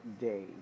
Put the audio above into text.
day